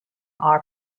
our